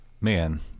man